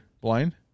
blind